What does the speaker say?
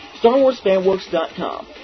StarWarsFanWorks.com